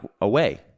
away